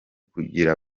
kugira